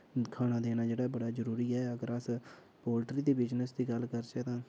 खाना देना जेह्का बड़ा जरूरी ऐ अगर अस पोल्ट्री दे बिजनेस दी गल्ल करचै तां